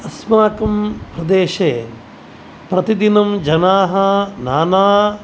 अस्माकं प्रदेशे प्रतिदिनं जनाः नाना